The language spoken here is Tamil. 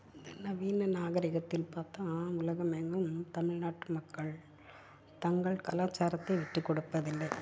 இந்த நவீன நாகரிகத்தில் பார்த்தா உலகமெங்கும் தமிழ்நாட்டு மக்கள் தங்கள் கலாச்சாரத்தை விட்டுக் கொடுப்பதில்லை